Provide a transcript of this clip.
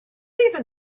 even